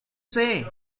say